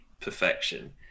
perfection